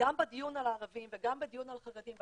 שגם בדיון על הערבים וגם בדיון על החרדים,